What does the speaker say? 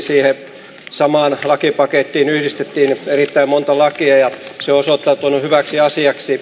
siihen samaan lakipakettiin yhdistettiin erittäin monta lakia ja se on osoittautunut hyväksi asiaksi